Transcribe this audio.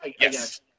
Yes